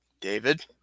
David